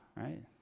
right